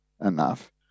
enough